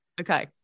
Okay